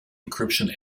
encryption